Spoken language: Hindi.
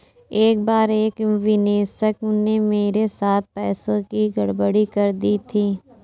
एक बार एक निवेशक ने मेरे साथ पैसों की गड़बड़ी कर दी थी